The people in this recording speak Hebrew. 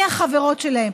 מי החברות שלהן,